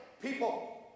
People